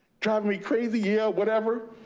driving me crazy, yeah, whatever.